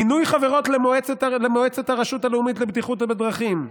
מינוי חברות למועצת הרשות הלאומית לבטיחות בדרכים,